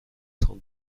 cent